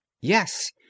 Yes